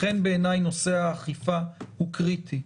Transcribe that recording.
לכן בעיניי נושא האכיפה הוא קריטי.